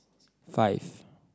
five